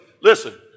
listen